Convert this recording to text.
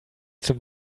zum